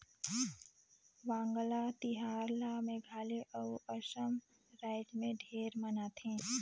वांगला तिहार ल मेघालय अउ असम रायज मे ढेरे मनाथे